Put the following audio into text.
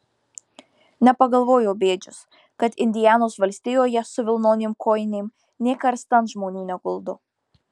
nepagalvojo bėdžius kad indianos valstijoje su vilnonėm kojinėm nė karstan žmonių neguldo